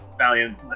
Valiant